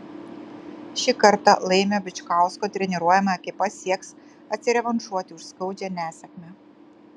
šį kartą laimio bičkausko treniruojama ekipa sieks atsirevanšuoti už skaudžią nesėkmę